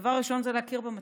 הדבר הראשון זה להכיר במצב,